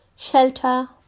Shelter